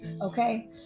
okay